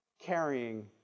carrying